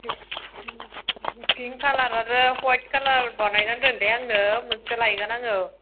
Fink खालार आरो white खालार बानायना दोन दे आंनो मोनसे लायगोन आङो